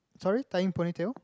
sorry tying ponytail